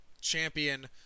champion